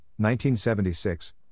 1976